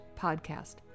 podcast